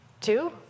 two